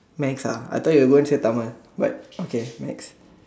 maths ah I thought you going say Tamil but okay maths